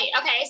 Okay